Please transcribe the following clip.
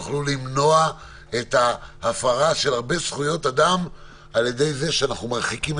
נוכל למנוע הפרה של הרבה זכויות אדם על ידי זה שנרחיק את